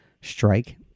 strike